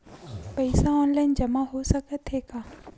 पईसा ऑनलाइन जमा हो साकत हे का?